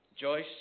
Joyce